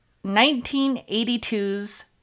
1982's